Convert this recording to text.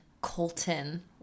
Colton